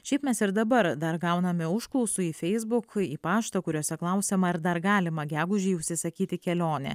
šiaip mes ir dabar dar gauname užklausų į facebook į paštą kuriuose klausiama ar dar galima gegužei užsisakyti kelionę